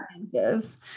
experiences